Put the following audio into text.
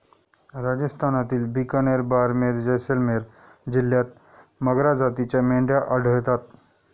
राजस्थानातील बिकानेर, बारमेर, जैसलमेर जिल्ह्यांत मगरा जातीच्या मेंढ्या आढळतात